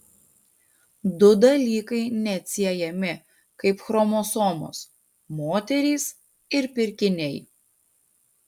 du dalykai neatsiejami kaip chromosomos moterys ir pirkiniai